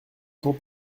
quand